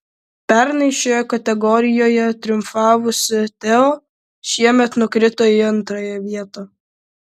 pernai šioje kategorijoje triumfavusi teo šiemet nukrito į antrąją vietą